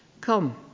Come